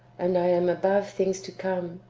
and i am above things to come.